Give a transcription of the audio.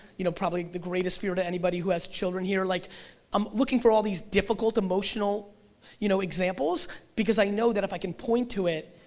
you know probably the greatest fear to anybody who has children here, like i'm looking for all these difficult emotional you know examples because i know if i can point to it,